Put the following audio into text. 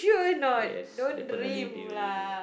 yes definitely they win won